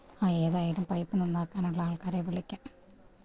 ആ ഏതായാലും പൈപ്പ് നന്നാക്കാനുള്ള ആള്ക്കാരെ വിളിക്കാം